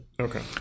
Okay